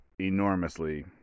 enormously